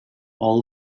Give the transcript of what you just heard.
all